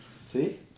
See